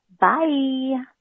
Bye